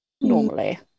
normally